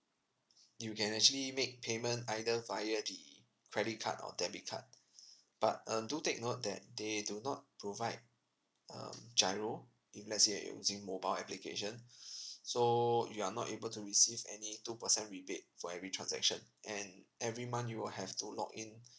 you can actually make payment either via the credit card or debit card but uh do take note that they do not provide um giro if let's say that you're using mobile application so you are not able to receive any two percent rebate for every transaction and every month you will have to log in